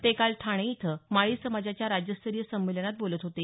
ते काल ठाणे इथं माळी समाजाच्या राज्यस्तरीय संमेलनात बोलत होते